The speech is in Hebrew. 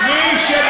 מה אתה